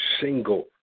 single